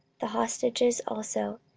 the hostages also,